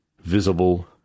visible